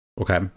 Okay